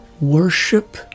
worship